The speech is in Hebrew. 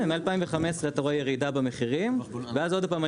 מ-2015 אתה רואה ירידה במחירים ואז עוד פעם היה